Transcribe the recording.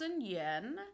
yen